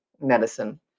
medicine